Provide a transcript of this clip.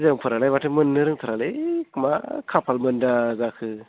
जोंफोरालाय माथो मोननो रोंथारालै मा खाफाल मोनदा जाखो